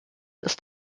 ist